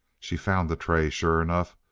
she found the tray, sure enough,